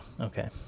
Okay